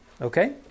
Okay